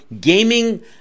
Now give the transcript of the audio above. gaming